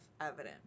evidence